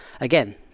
Again